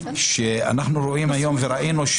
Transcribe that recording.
שאנחנו רואים היום וראינו,